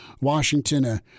Washington